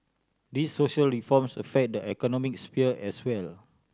these social reforms affect the economic sphere as well